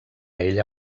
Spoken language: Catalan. ella